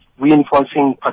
reinforcing